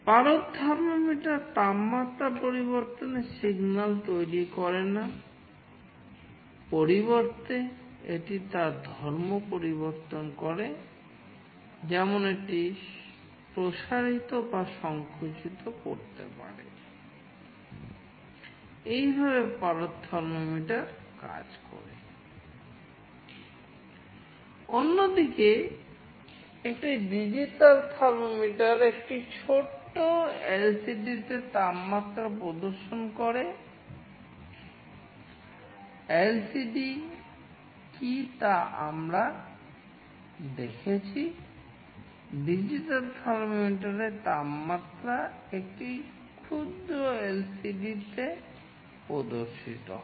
পারদ থার্মোমিটার তাপমাত্রা পরিবর্তনে সিগন্যালতে প্রদর্শিত হয়